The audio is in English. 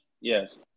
Yes